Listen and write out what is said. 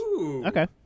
Okay